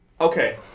Okay